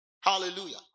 Hallelujah